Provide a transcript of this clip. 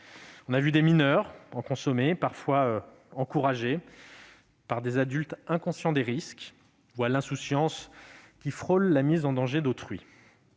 on a vu des mineurs en consommer, parfois encouragés par des adultes inconscients des risques ou à l'insouciance qui frôle la mise en danger d'autrui.